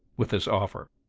with this offer?